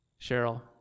Cheryl